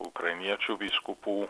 ukrainiečių vyskupų